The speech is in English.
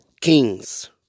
kings